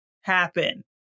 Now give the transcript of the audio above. happen